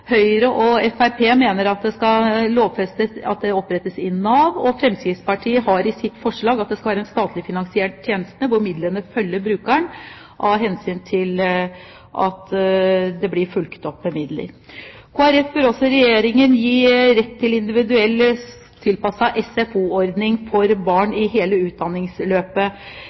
Høyre og Fremskrittspartiet mener at de skal opprettes i regi av Nav. Og Fremskrittspartiet har i sitt forslag med at det skal være en statlig finansiert tjeneste hvor midlene følger brukeren. Kristelig Folkeparti ber også Regjeringen gi rett til en individuelt tilpasset SFO-ordning for barn i hele utdanningsløpet.